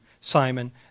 Simon